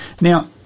Now